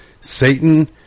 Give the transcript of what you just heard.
Satan